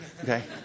Okay